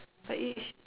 but it sh~